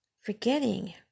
Forgetting